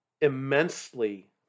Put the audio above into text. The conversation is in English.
immensely